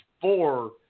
four